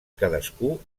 cadascú